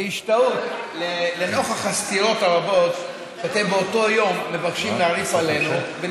בהשתאות לנוכח הסתירות הרבות שאתם מבקשים להרעיף עלינו באותו יום,